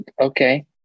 okay